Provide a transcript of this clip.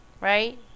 right